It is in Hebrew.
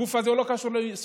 הגוף הזה לא קשור לשמאל,